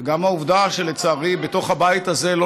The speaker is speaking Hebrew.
וגם העובדה שלצערי בתוך הבית הזה לא